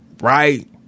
Right